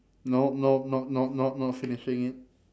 no no not not not not finishing it